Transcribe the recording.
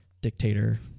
dictator